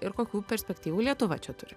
ir kokių perspektyvų lietuva čia turi